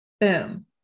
Boom